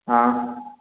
हाँ